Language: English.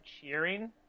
cheering